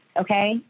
okay